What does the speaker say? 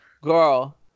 girl